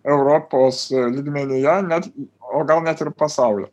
europos lygmenyje net o gal net ir pasaulio